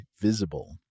Visible